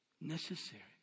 necessary